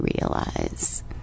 realize